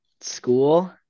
school